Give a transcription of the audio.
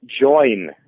join